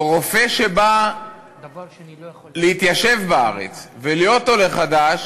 או רופא שבא להתיישב בארץ ולהיות עולה חדש